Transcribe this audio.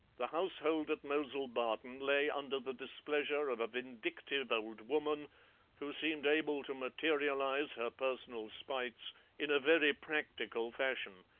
the household at mowsle barton lay under the displeasure of a vindictive old woman who seemed able to materialize her personal spites in a very practical fashion,